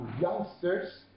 youngsters